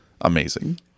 Amazing